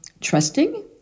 trusting